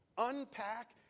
unpack